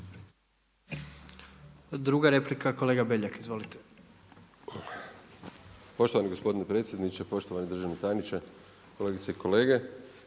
Druga replika, kolega Belja. Izvolite. **Beljak, Krešo (HSS)** Poštovani gospodine predsjedniče, poštovani državni tajniče, kolegice i kolege.